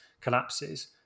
collapses